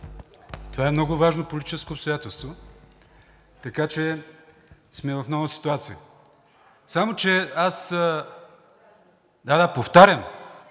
Това е много важно политическо обстоятелство, така че сме в нова ситуация. Само че аз... (Реплики от